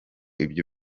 ibyo